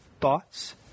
thoughts